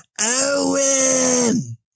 Owen